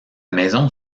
maison